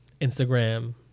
Instagram